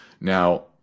Now